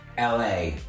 LA